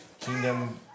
kingdom